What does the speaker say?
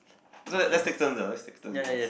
let let's take turns ah let's take turns with this